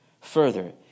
Further